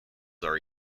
are